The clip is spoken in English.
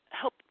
help